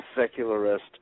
secularist